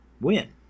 win